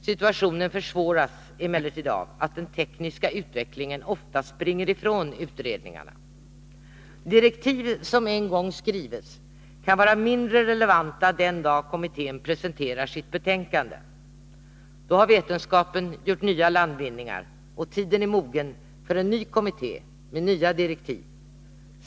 Situationen försvåras emellertid av att den tekniska utvecklingen ofta springer ifrån utredningarna. Direktiv som en gång skrivits kan vara mindre relevanta den dag kommittén presenterar sitt betänkande. Då har vetenskapen gjort nya landvinningar, och tiden är mogen för en ny kommitté med nya direktiv.